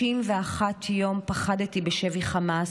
51 יום פחדתי בשבי חמאס,